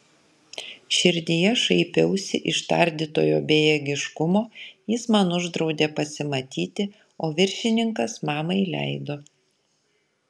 širdyje šaipiausi iš tardytojo bejėgiškumo jis man uždraudė pasimatyti o viršininkas mamai leido